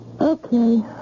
Okay